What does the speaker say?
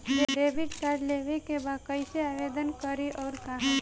Debit card लेवे के बा कइसे आवेदन करी अउर कहाँ?